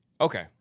Okay